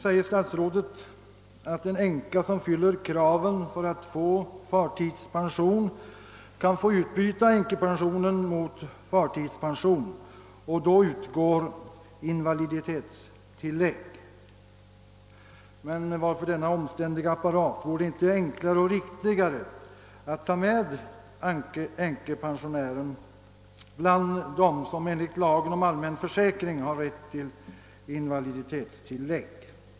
Statsrådet säger att en änka som fyller kraven för att få förtidspension kan få utbyta änkepensionen mot förtidspension, och då utgår invaliditetstillägg. Men varför denna omständliga apparat? Vore det inte enklare och riktigare att ta med änkepensionären bland dem som enligt lagen om allmän försäkring har rätt till invaliditetstilllägg?